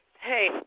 Hey